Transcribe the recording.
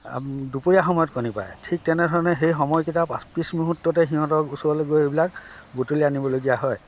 দুপৰীয়া সময়ত কণী পাৰে ঠিক তেনেধৰণে সেই সময়কিটা পিছ মুহূৰ্ততে সিহঁতৰ ওচৰলৈ গৈ এইবিলাক বুটলি আনিবলগীয়া হয়